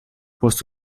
post